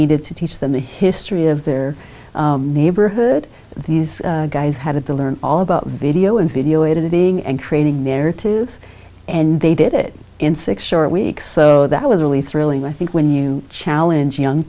needed to teach them the history of their neighborhood these guys had to learn all about video and video editing and creating narratives and they did it in six short weeks so that was really thrilling i think when you challenge young